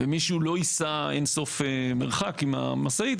מישהו לא ייסע אין סוף מרחק עם המשאית,